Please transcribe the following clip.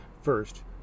First